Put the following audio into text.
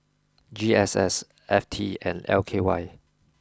G S S F T and L K Y